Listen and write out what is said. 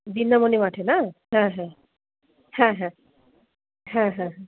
বিন্দামণি মাঠে না হ্যাঁ হ্যাঁ হ্যাঁ হ্যাঁ হ্যাঁ হ্যাঁ হ্যাঁ